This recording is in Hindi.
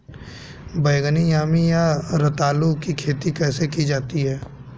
बैगनी यामी या रतालू की खेती कैसे की जाती है?